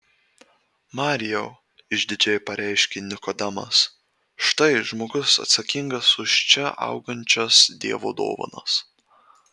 marijau išdidžiai pareiškė nikodemas štai žmogus atsakingas už čia augančias dievo dovanas